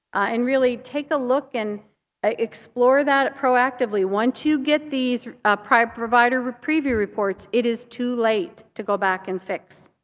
and really take a look and ah explore that proactively. once you get these ah provider preview reports it is too late to go back and fix,